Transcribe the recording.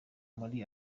muri